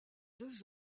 deux